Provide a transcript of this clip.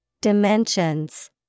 Dimensions